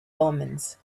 omens